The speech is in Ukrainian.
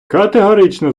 категорично